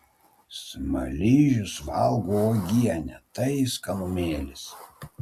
smaližius valgo uogienę tai skanumėlis